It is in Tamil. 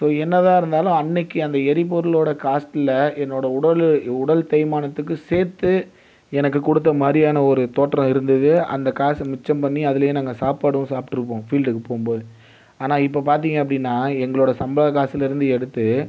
ஸோ என்ன தான் இருந்தாலும் அன்றைக்கு அந்த எரிபொருளோடய காஸ்ட்டில் என்னோடய உடல் உடல் தேய்மானத்துக்கு சேர்த்து எனக்கு கொடுத்த மாதிரியான ஒரு தோற்றம் இருந்தது அந்த காசு மிச்சம் பண்ணி அதுலேயே நாங்கள் சாப்பாடும் சாப்பிட்ருப்போம் ஃபீல்டுக்கு போகும் போது ஆனால் இப்போ பார்த்திங்க அப்படின்னா எங்களோடய சம்பள காசுலேருந்து எடுத்து